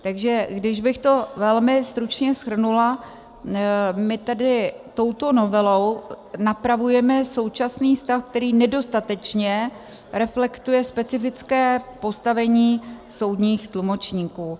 Takže když bych to velmi stručně shrnula, my tedy touto novelou napravujeme současný stav, který nedostatečně reflektuje specifické postavení soudních tlumočníků.